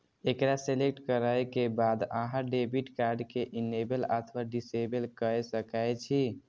एकरा सेलेक्ट करै के बाद अहां डेबिट कार्ड कें इनेबल अथवा डिसेबल कए सकै छी